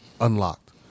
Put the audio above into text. unlocked